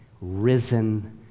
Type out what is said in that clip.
risen